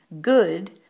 Good